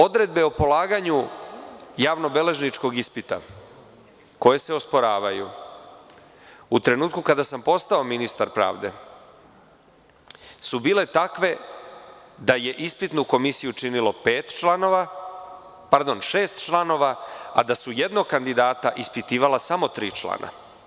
Odredbe o polaganju javnobeležničkog ispita koje se osporavaju, u trenutku kada sam postao ministar pravde, su bile takve da je ispitnu komisiju činilo pet šest članova, a da su jednog kandidata ispitivala samo tri člana.